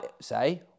say